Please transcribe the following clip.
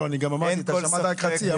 לא, אתה שמעת רק חצי.